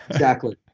exactly.